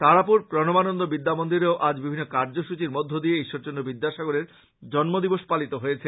তারাপুর প্রণবানন্দ বিদ্যামন্দিরেও আজ নানা কার্যসচীর মধ্যদিয়ে ঈশ্বরচন্দ্র বিদ্যাসাগরের জন্মদিবস পালিত হয়েছে